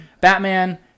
batman